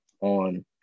on